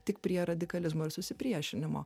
tik prie radikalizmo ir susipriešinimo